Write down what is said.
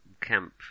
camp